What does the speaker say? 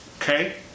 Okay